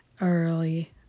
early